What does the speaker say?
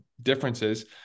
differences